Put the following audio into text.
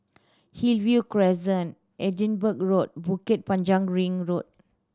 Hillview Crescent Edinburgh Road Bukit Panjang Ring Road